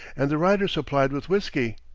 and the riders supplied with whiskey.